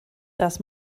das